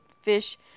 fish